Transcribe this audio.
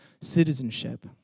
citizenship